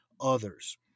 others